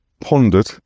pondered